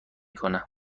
کنه